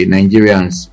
Nigerians